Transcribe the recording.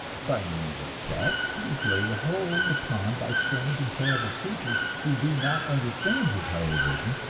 by means of sex he is laid hold upon by strange and terrible creatures who do not understand his higher vision,